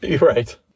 Right